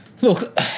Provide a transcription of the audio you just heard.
Look